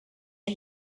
are